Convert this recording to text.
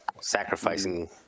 sacrificing